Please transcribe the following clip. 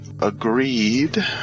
agreed